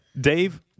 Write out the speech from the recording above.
Dave